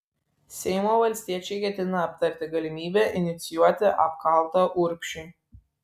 seimo valstiečiai ketina aptarti galimybę inicijuoti apkaltą urbšiui